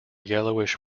yellowish